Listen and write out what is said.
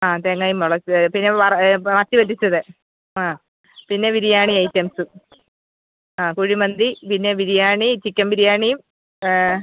ആ തേങ്ങയും മുളക് പിന്നെ വറ മത്തി പറ്റിച്ചത് ആ പിന്നെ ബിരിയാണി ഐറ്റംസും ആ കുഴിമന്തി പിന്നെ ബിരിയാണി ചിക്കൻ ബിരിയാണിയും